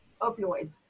opioids